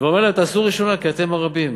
ואומר להם: תעשו ראשונה, כי אתם הרבים.